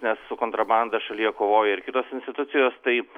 nes su kontrabanda šalyje kovoja ir kitos institucijos taip